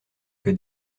que